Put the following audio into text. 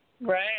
Right